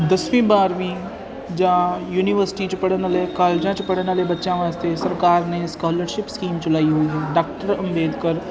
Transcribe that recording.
ਦਸਵੀਂ ਬਾਰ੍ਹਵੀਂ ਜਾਂ ਯੂਨੀਵਰਸਿਟੀ 'ਚ ਪੜ੍ਹਨ ਵਾਲੇ ਕਾਲਜਾਂ 'ਚ ਪੜ੍ਹਨ ਵਾਲੇ ਬੱਚਿਆਂ ਵਾਸਤੇ ਸਰਕਾਰ ਨੇ ਸਕਾਲਰਸ਼ਿਪ ਸਕੀਮ ਚਲਾਈ ਹੋਈ ਹੈ ਡਾਕਟਰ ਅੰਬੇਦਕਰ